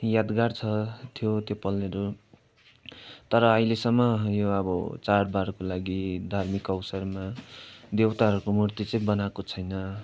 यादगार छ त्यो त्यो पलहरू तर अहिलेसम्म यो अब चाडबाडको लागि धार्मिक अवसरमा देउताहरूको मूर्ति चाहिँ बनाएको छैन